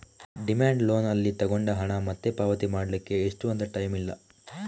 demand loan ಅಲ್ಲಿ ತಗೊಂಡ ಹಣ ಮತ್ತೆ ಪಾವತಿ ಮಾಡ್ಲಿಕ್ಕೆ ಇಷ್ಟು ಅಂತ ಟೈಮ್ ಇಲ್ಲ